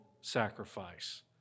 sacrifice